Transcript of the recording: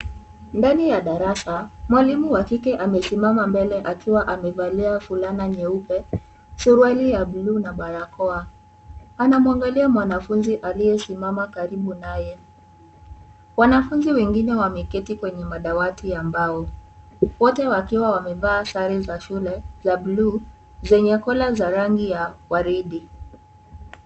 Ndani ya darasa, mwalimu wa kike amesimama mbele akiwa amevalia fulana nyeupe, suruali ya bluu, na barakoa. Anamwangalia mwanafunzi aliyesimama karibu naye. Wanafunzi wengine wameketi kwenye madawati ya mbao. Wote wakiwa wamevaa sare za shule za bluu, zenye kola za rangi ya waridi.